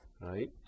right